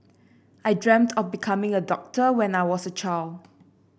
I dreamt of becoming a doctor when I was a child